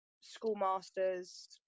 schoolmasters